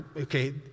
okay